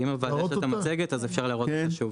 אם לוועדה יש את המצגת אז אפשר להראות את זה שוב.